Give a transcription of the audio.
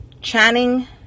channing